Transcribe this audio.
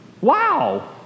Wow